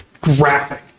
graphic